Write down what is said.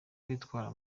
witwara